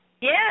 Yes